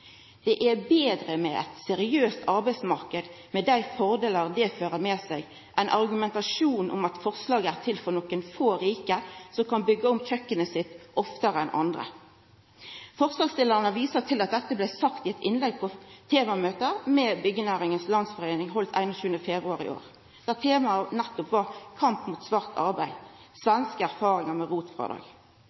med at det er betre med dei fordelane ein seriøs arbeidsmarknad fører med seg, enn argumentasjonen om at forslaget er til for nokre få, rike, som kan byggja om kjøkenet sitt oftare enn andre. Forslagsstillarane viser til at dette blei sagt i eit innlegg på eit møte der temaet var «Kamp mot svart arbeid – svenske erfaringar med